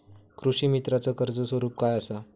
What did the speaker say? कृषीमित्राच कर्ज स्वरूप काय असा?